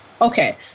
okay